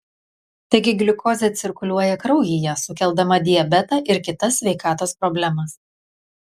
taigi gliukozė cirkuliuoja kraujyje sukeldama diabetą ir kitas sveikatos problemas